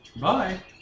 Bye